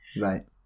Right